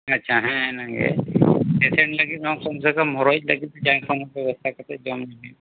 ᱟᱪᱪᱷᱟ ᱦᱮᱸ ᱤᱱᱟᱹᱜᱮ ᱯᱮᱥᱮᱱᱴ ᱞᱟᱹᱜᱤᱫ ᱦᱚᱸ ᱠᱚᱢᱥᱮ ᱠᱚᱢ ᱦᱚᱨᱦᱚᱭᱤᱡ ᱞᱟᱹᱜᱤᱫ ᱦᱚᱸ ᱡᱩᱫᱤ ᱡᱟᱦᱟᱸᱭ ᱠᱚ ᱟᱥᱟ ᱠᱟᱛᱮᱫ ᱡᱚᱢ ᱧᱩᱭᱟ